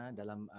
dalam